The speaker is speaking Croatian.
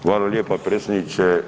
Hvala lijepa predsjedniče.